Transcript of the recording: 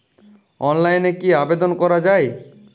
অনলাইনে কি আবেদন করা য়ায়?